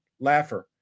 Laffer